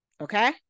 Okay